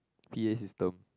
p_a system